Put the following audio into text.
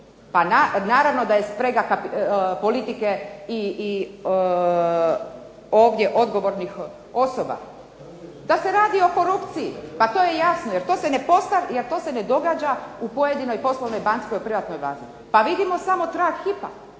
Pa naravno da je sprega politike i ovdje odgovornih osoba, da se radi o korupciji, pa to je jasno, jer to se ne događa u pojedinoj poslovnoj banci koja je u privatnoj bazi. Pa vidimo samo trag Hypo-a.